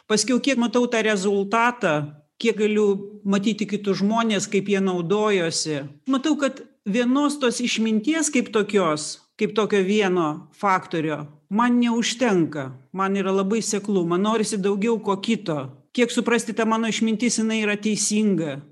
paskiau kiek matau tą rezultatą kiek galiu matyti kitus žmones kaip jie naudojosi matau kad vienos tos išminties kaip tokios kaip tokio vieno faktorio man neužtenka man yra labai seklu man norisi daugiau ko kito kiek suprasti ta mano išmintis jinai yra teisinga